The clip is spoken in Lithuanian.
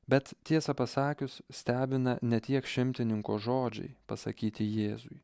bet tiesą pasakius stebina ne tiek šimtininko žodžiai pasakyti jėzui